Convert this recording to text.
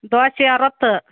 ದ್ವಾಸಿ ಅರುವತ್ತು